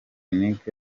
nic